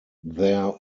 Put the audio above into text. their